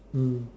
mm